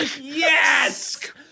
Yes